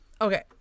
okay